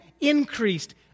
increased